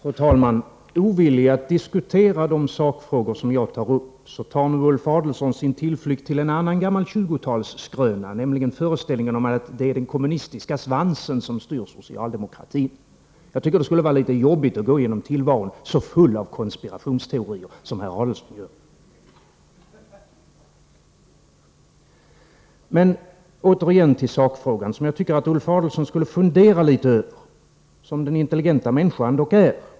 Fru talman! Ovillig att diskutera de sakfrågor som jag berört tar nu Ulf Adelsohn sin tillflykt till en annan gammal skröna från 1920-talet, nämligen föreställningen att det är den kommunistiska svansen som styr socialdemokratin. För mig skulle tillvaron vara ganska jobbig, om jag var så full av konspiratoriska teorier som herr Adelsohn är. Återigen till sakfrågan. Jag tycker att Ulf Adelsohn skulle fundera litet i det avseendet, intelligent som han dock är.